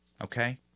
okay